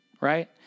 right